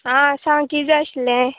आं सांग किद जाय आशिल्लें